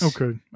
okay